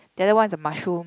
the other one is the mushroom